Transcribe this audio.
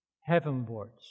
heavenwards